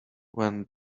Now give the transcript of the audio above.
when